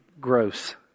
gross